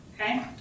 okay